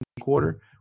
quarter